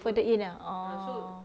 further in ah oh